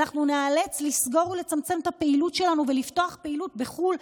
אנחנו ניאלץ לסגור ולצמצם את הפעילות שלנו ולפתוח פעילות בחו"ל,